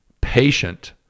patient